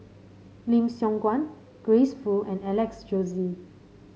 Lim Siong Guan Grace Fu and Alex Josey